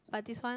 but this one